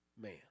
man